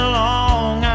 long